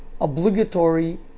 obligatory